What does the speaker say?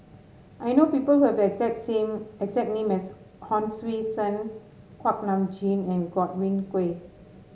I know people who have the exact same the exact name as Hon Sui Sen Kuak Nam Jin and Godwin Koay